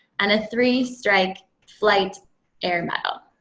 and a three strike flight air medal.